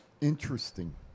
Interesting